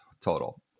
total